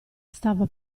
stava